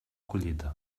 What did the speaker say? collita